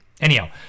Anyhow